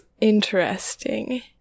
interesting